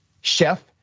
chef